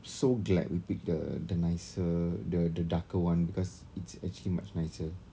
so glad we pick the the nicer the the darker one because it's actually much nicer